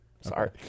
Sorry